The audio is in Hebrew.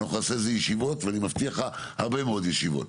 אנחנו נעשה על זה ישיבות ואני מבטיח לך הרבה מאוד ישיבות.